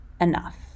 enough